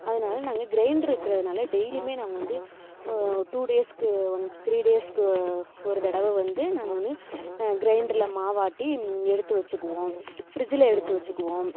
அதனால் நாங்கள் க்ரைண்ட்ரு இருக்கிறதுனால டெய்லியுமே நாங்கள் வந்து டூ டேஸுக்கு ஒன்ஸ் த்ரீ டேஸுக்கு ஒரு தடவை வந்து நாங்கள் வந்து க்ரைண்டரில் மாவு ஆட்டி எடுத்து வெச்சுக்குவோம் ஃப்ரிட்ஜில் எடுத்து வெச்சுக்குவோம்